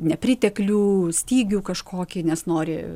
nepriteklių stygių kažkokį nes nori